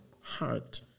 heart